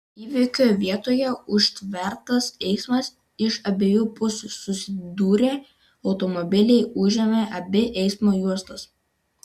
įvykio vietoje užtvertas eismas iš abiejų pusių susidūrė automobiliai užėmė abi eismo juostas